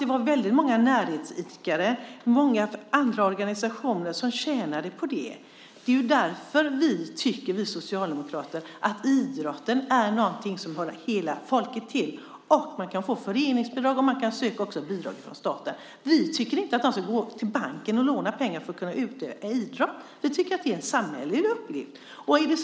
Det var väldigt många näringsidkare och många andra organisationer som tjänade på det. Det är därför vi socialdemokrater tycker att idrotten är något som hör hela folket till. Man kan få föreningsbidrag och man kan söka bidrag från staten. Vi tycker inte att de ska gå till banken och låna pengar för att kunna utöva idrott. Vi tycker att det är en samhällelig uppgift.